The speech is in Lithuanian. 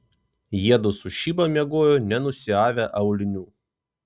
jiedu su šiba miegojo nenusiavę aulinių